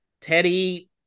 Teddy